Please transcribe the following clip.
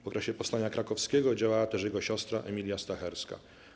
W okresie powstania krakowskiego działała też jego siostra Emilia Stacherska.